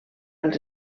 els